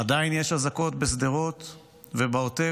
עדיין יש אזעקות בשדרות ובעוטף.